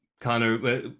Connor